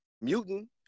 mutant